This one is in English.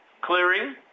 clearing